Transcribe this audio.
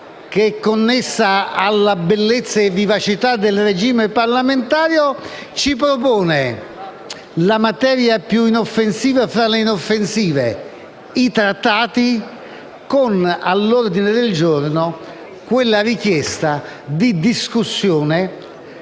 connessa alla bellezza e alla vivacità del regime parlamentare, ci propone la materia più inoffensiva tra le inoffensive, i trattati, con all'ordine del giorno la richiesta di discussione